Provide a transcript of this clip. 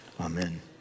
amen